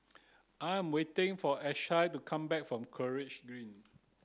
I am waiting for Ashlie to come back from College Green